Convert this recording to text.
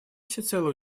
всецело